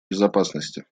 безопасности